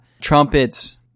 trumpets